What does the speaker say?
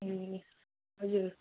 ए हजुर